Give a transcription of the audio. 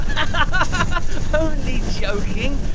and only joking.